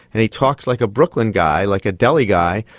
and he talks like a brooklyn guy, like a deli guy,